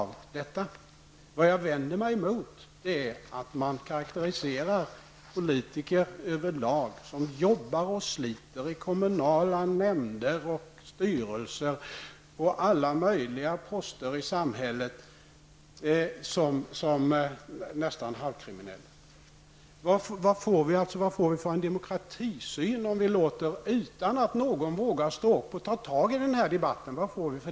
Men jag vänder mig emot att man karakteriserar politiker över lag -- politiker, som jobbar och sliter i kommunal nämnder och styrelser på alla möjliga poster i samhället -- som nästan halvkriminella. Vad blir det för demokratisyn över huvud taget i samhället, om inte någon vågar stå upp och ta tag i den är debatten?